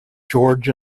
george